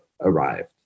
arrived